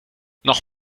noch